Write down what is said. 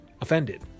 offended